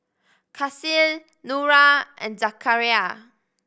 Kasih Nura and Zakaria